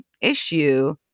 issue